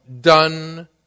done